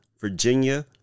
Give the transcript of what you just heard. Virginia